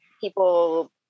people